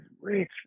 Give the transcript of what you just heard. rich